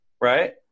right